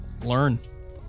Learn